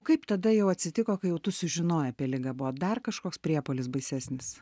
kaip tada jau atsitiko kai jau tu sužinojai apie ligą buvo dar kažkoks priepuolis baisesnis